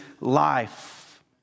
life